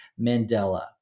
Mandela